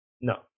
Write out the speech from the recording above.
no